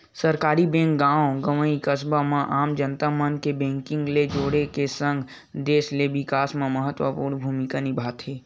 सहकारी बेंक गॉव गंवई, कस्बा म आम जनता मन ल बेंकिग ले जोड़ के सगं, देस के बिकास म महत्वपूर्न भूमिका निभाथे